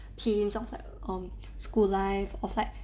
themes of like um school life of like